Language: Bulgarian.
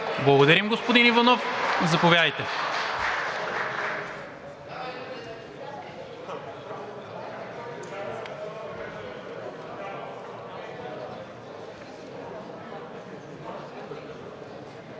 Благодаря, господин Иванов. Заповядайте.